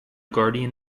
guardian